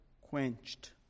quenched